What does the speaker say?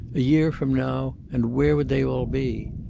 a year from now, and where would they all be?